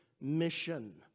mission